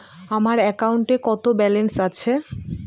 আমার অ্যাকাউন্টে কত ব্যালেন্স আছে?